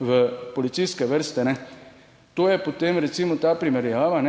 v policijske vrste, ne. To je potem recimo ta primerjava,